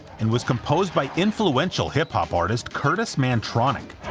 and was composed by influential hip-hop artist kurtis mantronik.